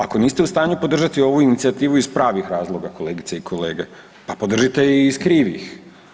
Ako niste u stanju podržati ovu inicijativu iz pravih razloga kolegice i kolege pa podržite ih i iz krivih.